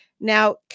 Now